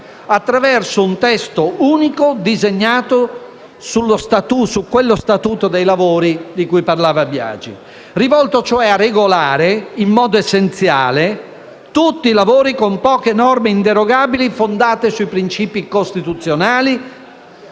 attraverso un testo unico disegnato sul "suo" Statuto dei lavori, rivolto cioè a regolare in modo essenziale tutti i lavori con poche norme inderogabili fondate sui principi costituzionali